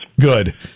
Good